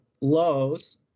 lows